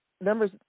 Numbers